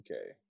Okay